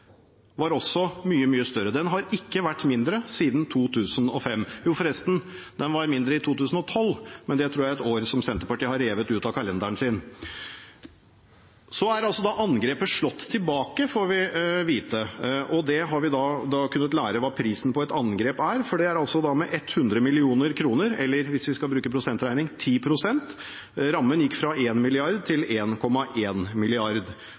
var avstanden mellom tilbudet og resultatet mye, mye større. Den har ikke vært mindre siden 2005 – jo, den var mindre i 2012, men det tror jeg er et år Senterpartiet har revet ut av kalenderen sin. Så er angrepet slått tilbake, får vi vite, og vi har kunnet lære hva prisen på et angrep er. Det er 100 mill. kr, eller hvis vi skal bruke prosentregning: 10 pst. Rammen gikk fra